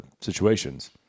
situations